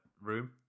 room